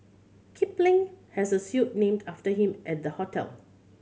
kipling has a suite named after him at the hotel